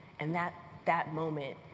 and that that moment